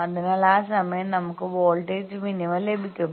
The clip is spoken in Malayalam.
അതിനാൽ ആ സമയം നമുക്ക് വോൾട്ടേജ് മിനിമ ലഭിക്കും